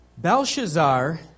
Belshazzar